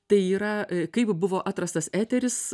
tai yra kaip buvo atrastas eteris